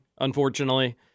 unfortunately